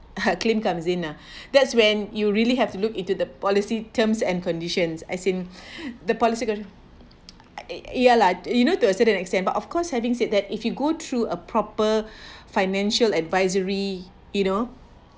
uh claim comes in lah that's when you really have to look into the policy terms and conditions as in the policy gonna ya ya lah you know to a certain extent but of course having said that if you go through a proper financial advisory you know